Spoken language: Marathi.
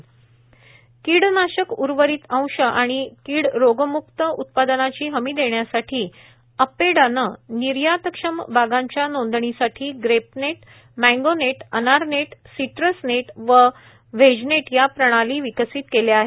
मोबाईल एपदवारे नोंदणी कीडनाशक उर्वरित अंश व कीड रोगम्क्त उत्पादनाची हमी देण्यासाठी अपेडाने निर्यातक्षम बागांच्या नोंदणीसाठी ग्रेपनेट मँगोनेट अनारनेट सिट्रसनेट व व्हेजनेट या प्रणाली विकसित केल्या आहेत